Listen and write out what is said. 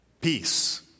Peace